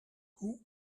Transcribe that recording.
who